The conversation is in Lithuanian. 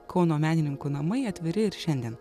kauno menininkų namai atviri ir šiandien